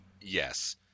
Yes